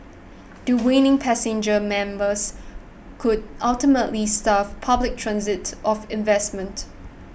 dwindling passenger members could ultimately starve public transit of investment